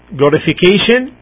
glorification